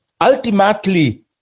Ultimately